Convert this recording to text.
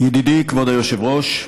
ידידי כבוד היושב-ראש,